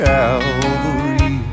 Calvary